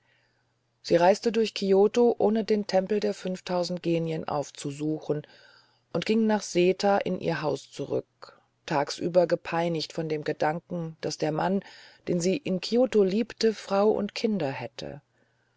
sie reiste durch kioto ohne den tempel der fünftausend genien aufzusuchen und ging nach seta in ihr haus zurück tagsüber gepeinigt von dem gedanken daß der mann den sie in kioto liebte frau und kinder hätte